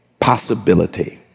possibility